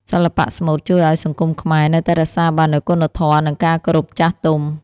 សិល្បៈស្មូតជួយឱ្យសង្គមខ្មែរនៅតែរក្សាបាននូវគុណធម៌ និងការគោរពចាស់ទុំ។